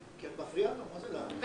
מה זה לא, לא.